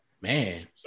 Man